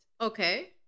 Okay